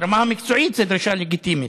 ברמה המקצועית זו דרישה לגיטימית.